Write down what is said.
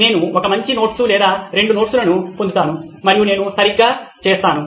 నేను ఒక మంచి నోట్స్ లేదా రెండు నోట్స్ లను పొందుతాను మరియు నేను సరిగ్గా చేశాను